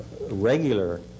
regular